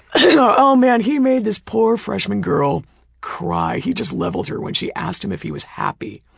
oh man, he made this poor freshman girl cry. he just leveled her when she asked him if he was happy.